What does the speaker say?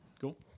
Cool